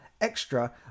extra